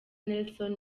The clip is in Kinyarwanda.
nelson